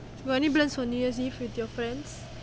you got any plans for new year's eve with your friends